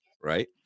right